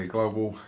Global